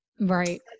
Right